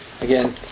Again